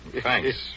Thanks